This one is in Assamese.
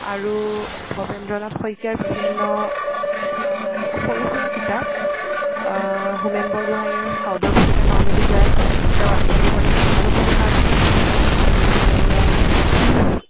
আৰু ভবেন্দ্ৰনাথ শইকীয়াৰ বিভিন্ন সৰু সুৰা কিতাপ হোমেন বৰগোহাঁঞিৰ সাউদৰ পুতেকে নাও মেলি যায় তেওঁৰ আত্মজীৱনী আত্মানুসন্ধান আৰু